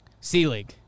C-League